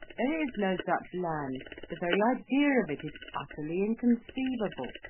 there is no such land. the very idea of it is utterly inconceivable.